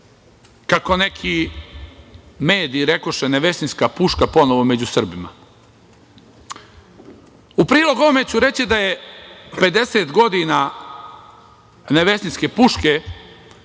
kako neki mediji rekoše - Nevesinjska puška ponovo među Srbima.U prilog ovome ću reći da je 50 godina Nevesinjske puške